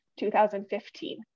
2015